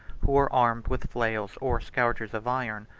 who were armed with flails or scourges of iron,